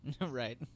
right